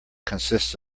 consists